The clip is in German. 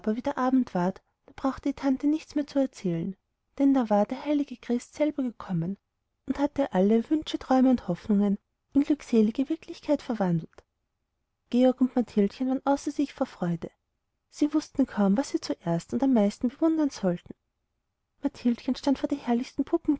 wieder abend ward da brauchte die tante nichts mehr zu erzählen denn da war der heilige christ selber gekommen und hatte alle wünsche träume und hoffnungen in glückselige wirklichkeit verwandelt georg und mathildchen waren außer sich vor freude sie wußten kaum was sie zuerst und am meisten bewundern sollten mathildchen stand vor einer herrlichen